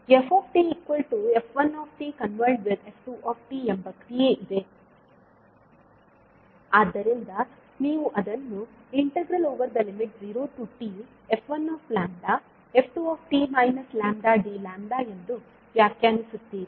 A ff1f2 ಎಂಬ ಕ್ರಿಯೆ ಇದೆ ಆದ್ದರಿಂದ ನೀವು ಅದನ್ನು 0tf1λf2t λdλ ಎಂದು ವ್ಯಾಖ್ಯಾನಿಸುತ್ತೀರಿ